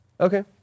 Okay